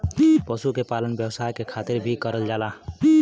पशु के पालन व्यवसाय के खातिर भी करल जाला